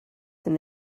than